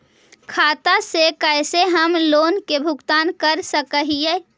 खाता से कैसे हम लोन के भुगतान कर सक हिय?